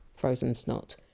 frozen snot.